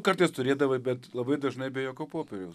kartais turėdavai bet labai dažnai be jokio popieriaus